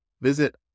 Visit